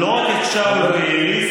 לא רק את שאול אלוביץ',